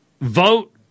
vote